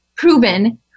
proven